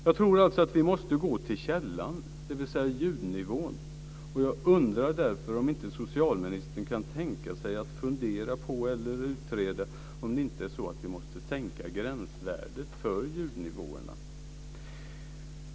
Jag tror alltså att vi måste gå till källan, dvs. ljudnivån. Jag undrar därför om inte socialministern kan tänka sig att fundera på eller utreda om det inte är så att vi måste sänka gränsvärdet för ljudnivåerna.